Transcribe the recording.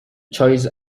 choice